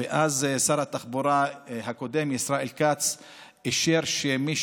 שר התחבורה הקודם ישראל כץ אישר שמי